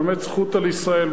מלמד זכות על ישראל,